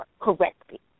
correctly